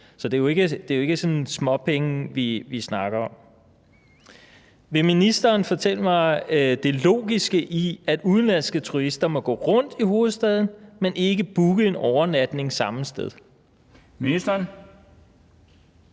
det er ikke sådan småpenge, vi snakker om. Vil ministeren fortælle mig det logiske i, at udenlandske turister må gå rundt i hovedstaden, men ikke må booke en overnatning samme sted? Kl.